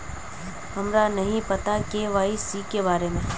हमरा नहीं पता के.वाई.सी के बारे में?